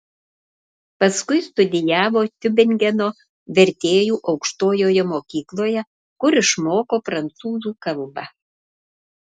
paskui studijavo tiubingeno vertėjų aukštojoje mokykloje kur išmoko prancūzų kalbą